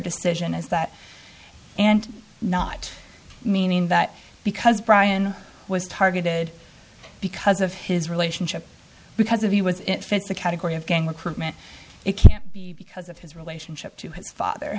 decision is that and not meaning that because brian was targeted because of his relationship because of he was it fits the category of gang recruitment it can't be because of his relationship to his father